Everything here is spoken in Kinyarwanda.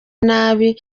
nabi